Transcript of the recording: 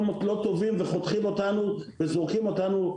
לא טובים וזורקים אותנו.